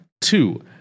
Two